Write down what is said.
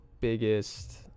biggest